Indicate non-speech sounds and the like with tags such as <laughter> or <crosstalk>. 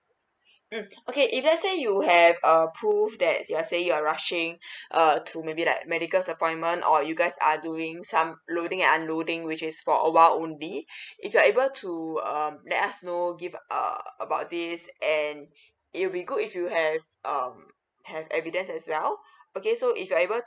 mm okay if let's say you have err prove that you are saying you are rushing err to maybe like medicals appointment or you guys are doing some loading and unloading which is for a while only <breath> if you are able to um let us know give err about this and it will be good if you have um have evidence as well okay so if you are able to